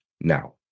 now